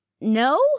no